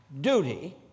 Duty